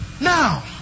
Now